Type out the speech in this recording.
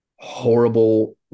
horrible